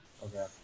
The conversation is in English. okay